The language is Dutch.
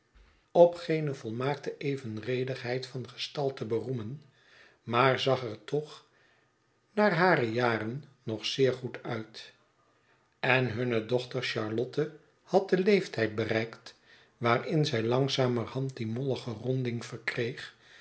geene volmaakte evenredigheid van gestalte beroemen maar zag er toch naar hare jaren nog zeer goed uit en hunne dochter charlotte had den leeftijd bereikt waarin zij langzamerhand die mollige ronding verkreeg